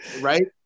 right